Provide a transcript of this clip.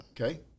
Okay